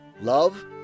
love